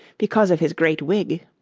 because of his great wig